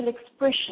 expression